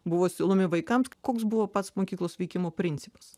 buvo siūlomi vaikams koks buvo pats mokyklos veikimo principas